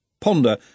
Ponder